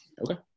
Okay